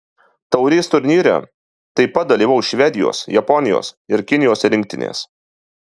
taurės turnyre taip pat dalyvaus švedijos japonijos ir kinijos rinktinės